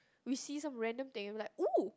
we see some random thing and be like ooh